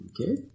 Okay